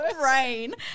brain